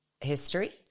history